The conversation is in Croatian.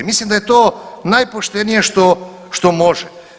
Mislim da je to najpoštenije što može.